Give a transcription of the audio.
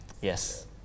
Yes